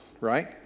right